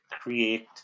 create